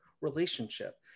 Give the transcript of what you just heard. Relationship